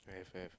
have have